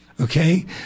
Okay